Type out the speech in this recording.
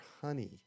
honey